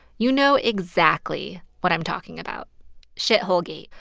you know exactly what i'm talking about shithole-gate,